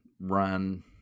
run